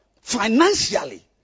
Financially